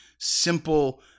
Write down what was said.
simple